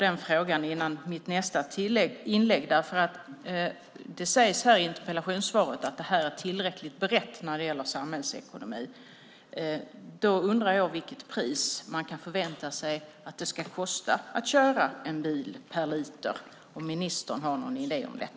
Det sägs i interpellationssvaret att det är tillräckligt berett vad gäller samhällsekonomin. Därför undrar jag hur mycket man kan förvänta sig att det ska kosta per liter att köra bil. Har ministern någon idé om det?